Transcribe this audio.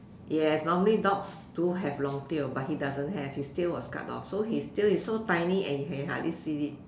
yes normally dogs do have long tail but he doesn't have his tail was cut off so his tail is so tiny and he can hardly see it